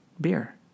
Beer